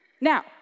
Now